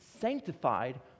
sanctified